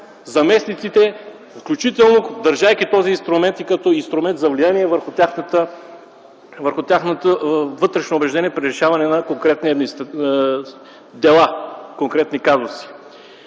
заместниците, включително държейки този инструмент като инструмент на влияние върху тяхното вътрешно убеждение при решаване на конкретни дела, на конкретни казуси.